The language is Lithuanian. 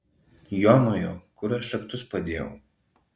jomajo kur aš raktus padėjau